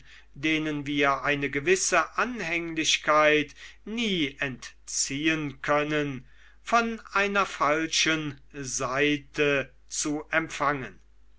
denen wir eine gewisse anhänglichkeit nie entziehen können von einer falschen seite zu empfangen